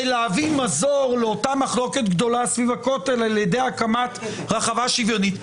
להביא מזור לאותה מחלוקת גדולה סביב הכותל על ידי הקמת רחבה שוויונית.